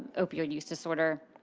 opioid use disorder.